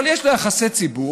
אבל יש לה יחסי ציבור,